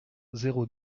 zéro